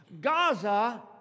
Gaza